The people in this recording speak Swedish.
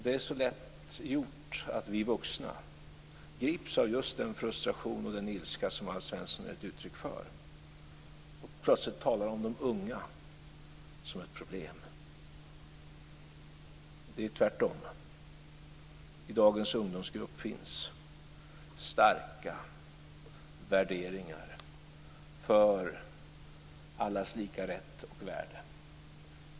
Det är så lätt gjort att vi vuxna grips av just den frustration och ilska som Alf Svensson gett uttryck för. Plötsligt talar han om de unga som ett problem. Det är tvärtom. I dagens ungdomsgrupp finns starka värderingar för allas lika rätt och värde.